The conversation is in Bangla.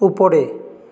উপরে